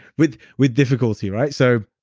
with with difficulty, right? so,